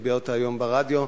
הוא הביע אותה היום ברדיו.